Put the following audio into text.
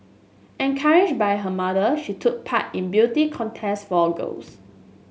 encouraged by her mother she took part in beauty contests for girls